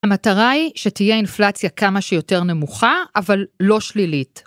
המטרה היא שתהיה אינפלציה כמה שיותר נמוכה, אבל לא שלילית.